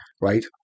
Right